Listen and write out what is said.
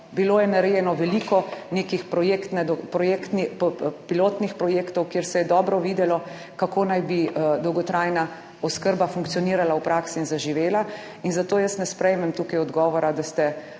Bilo je narejeno veliko nekih pilotnih projektov, kjer se je dobro videlo kako naj bi dolgotrajna oskrba funkcionirala v praksi in zaživela. In zato jaz ne sprejmem tukaj odgovora, da ste